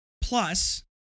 Plus